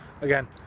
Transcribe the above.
Again